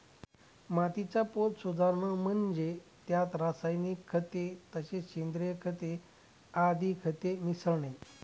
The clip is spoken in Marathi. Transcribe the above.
मातीचा पोत सुधारणे म्हणजे त्यात रासायनिक खते तसेच सेंद्रिय खते आदी खते मिसळणे